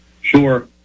Sure